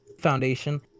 Foundation